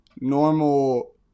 normal